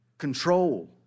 control